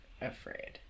afraid